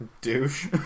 douche